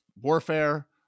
warfare